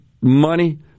money